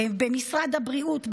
במשרד הבריאות,